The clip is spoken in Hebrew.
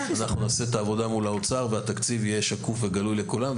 אנחנו נעשה את העבודה מול האוצר והתקציב יהיה שקוף וגלוי לכולם,